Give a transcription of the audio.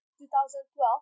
2012